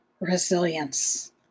resilience